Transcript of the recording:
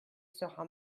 sera